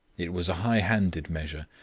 it was a high-handed measure,